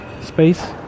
space